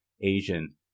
Asian